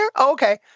Okay